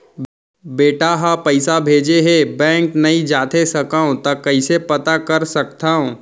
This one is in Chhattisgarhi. बेटा ह पइसा भेजे हे बैंक नई जाथे सकंव त कइसे पता कर सकथव?